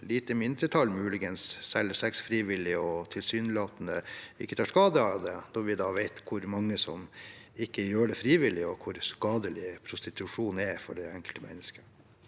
selger sex frivillig og tilsynelatende ikke tar skade av det, når vi vet hvor mange som ikke gjør det frivillig, og hvor skadelig prostitusjon er for det enkelte mennesket?